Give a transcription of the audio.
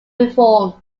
reform